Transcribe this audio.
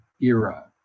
era